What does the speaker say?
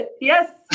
Yes